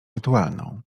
rytualną